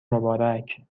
مبارک